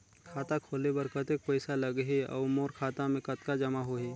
खाता खोले बर कतेक पइसा लगही? अउ मोर खाता मे कतका जमा होही?